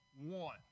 one